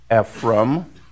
Ephraim